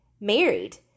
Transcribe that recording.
married